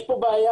יש כאן בעיה